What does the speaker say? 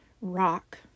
rock